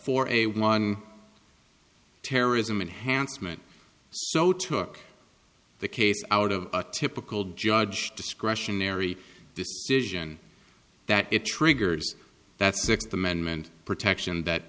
four a one terrorism enhancement so took the case out of a typical judge discretionary decision that it triggers that sixth amendment protection that